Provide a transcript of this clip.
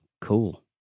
cool